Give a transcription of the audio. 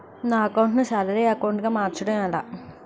నా అకౌంట్ ను salary account గా మార్చటం ఎలా?